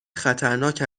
خطرناک